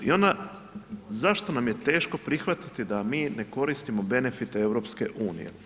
I onda zašto nam je teško prihvatiti da mi ne koristimo benefite EU.